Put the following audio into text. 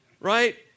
Right